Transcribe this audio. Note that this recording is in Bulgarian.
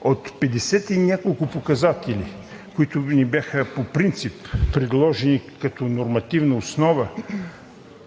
От петдесет и няколко показатели, които ни бяха по принцип предложени като нормативна основа,